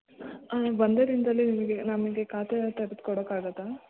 ಆಂ ಒಂದೇ ದಿನ್ದಲ್ಲಿ ನಿಮಗೆ ನಮಗೆ ಖಾತೆಯನ್ನ ತೆಗ್ದುಕೊಡಕ್ಕಾಗುತ್ತಾ